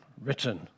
written